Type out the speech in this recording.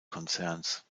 konzerns